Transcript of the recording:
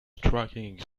striking